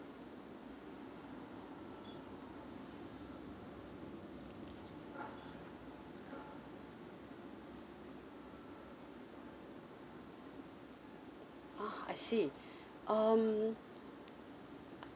ah I see um